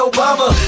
Obama